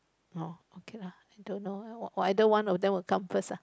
uh okay lah I don't know either one of them will come first